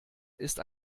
ist